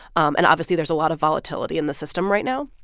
um and obviously, there's a lot of volatility in the system right now.